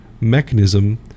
mechanism